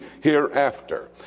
hereafter